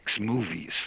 movies